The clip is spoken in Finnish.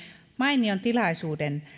mainion tilaisuuden